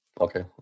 Okay